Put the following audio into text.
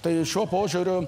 tai šiuo požiūriu